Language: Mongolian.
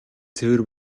цэвэр